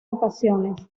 ocasiones